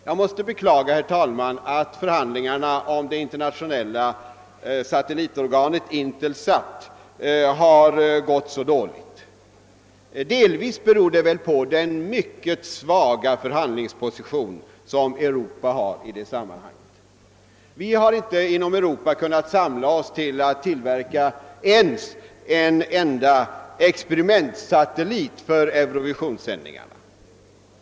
Jag måste beklaga, herr talman, att förhandlingarna om det internationella satellitorganet Intelsat har gått så dåligt. Delvis beror det väl på den mycket svaga förhandlingsposition Europa har i detta sammanhang. Vi har inte inom Europa kunnat samla oss till att tillverka ens en enda experimentsatellit för eurovisionssändningarna.